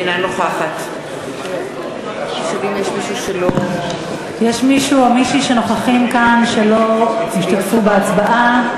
אינה נוכחת יש מישהו או מישהי שנוכחים כאן ולא השתתפו בהצבעה?